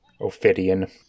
Ophidian